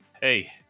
Hey